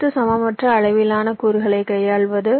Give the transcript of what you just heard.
அடுத்து சமமற்ற அளவிலான கூறுகளைக் கையாள்வது